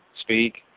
speak